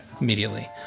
immediately